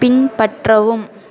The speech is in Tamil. பின்பற்றவும்